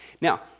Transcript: Now